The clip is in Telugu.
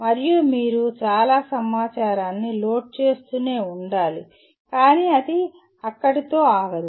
మరియు మీరు చాలా సమాచారాన్ని లోడ్ చేస్తూనే ఉండాలి కానీ అది అక్కడితో ఆగదు